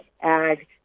ag